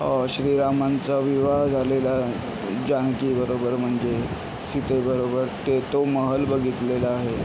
श्रीरामांचा विवाह झालेला जानकीबरोबर म्हणजे सीतेबरोबर ते तो महल बघितलेला आहे